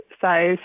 size